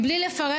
בלי לפרט,